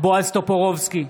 בועז טופורובסקי,